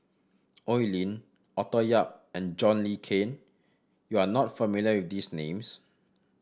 Oi Lin Arthur Yap and John Le Cain you are not familiar with these names